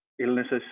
illnesses